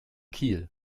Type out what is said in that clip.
kiel